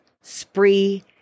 spree